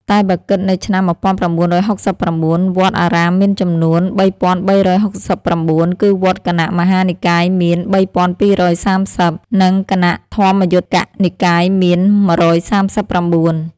តែបើគិតនៅឆ្នាំ១៩៦៩ វត្ត អារាមមានចំនួន ៣៣៦៩ គឺ វត្ត គណៈមហានិកាយមាន ៣២៣០ និងគណៈធម្មយុត្តិកនិកាយមាន ១៣៩ ។